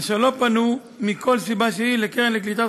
אשר לא פנו מכל סיבה שהיא לקרן לקליטת